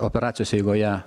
operacijos eigoje